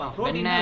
Protein